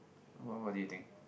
what what do you think